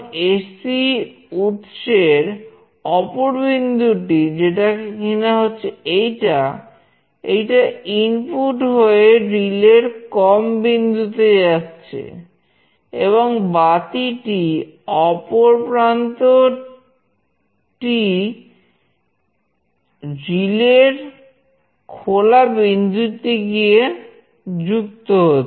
AC র খোলা বিন্দুতে গিয়ে যুক্ত হচ্ছে